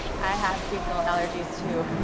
i have seasonal allergies too.